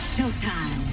Showtime